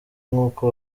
nk’uko